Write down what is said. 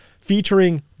featuring